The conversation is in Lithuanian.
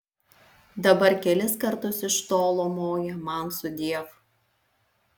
dabar kelis kartus iš tolo moja man sudiev